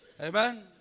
Amen